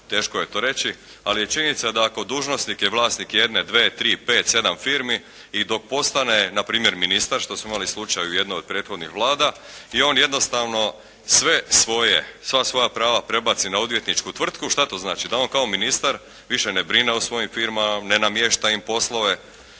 teško je to reći, ali je činjenica da ako dužnosnik je vlasnik jedne, dvije, tri, pet, sedam firmi i dok postane npr. ministar što smo imali slučaj u jednoj od prethodnih Vlada, i on jednostavno sve svoje, sva svoja prava prebaci na odvjetničku tvrtku, šta to znači? Da on kao ministar više ne brine o svojim firmama, ne namješta im poslove?